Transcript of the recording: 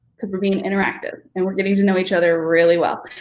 because we're being interactive and we're getting to know each other really well,